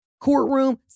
courtroom